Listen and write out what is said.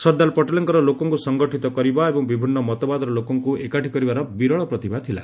ସର୍ଦ୍ଦାର ପଟେଲ୍ଙ୍କର ଲୋକଙ୍କୁ ସଙ୍ଗଠିତ କରିବା ଏବଂ ବିଭିନ୍ନ ମତବାଦର ଲୋକଙ୍କୁ ଏକାଠି କରିବାର ବିରଳ ପ୍ରତିଭା ଥିଲା